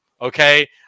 Okay